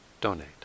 donate